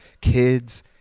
kids